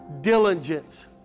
diligence